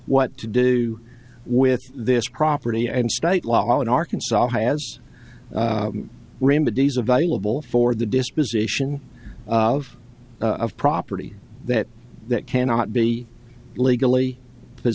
what to do with this property and state law in arkansas remedies available for the disposition of of property that that cannot be legally